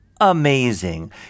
amazing